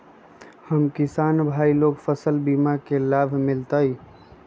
हम किसान भाई लोग फसल बीमा के लाभ मिलतई?